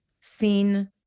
seen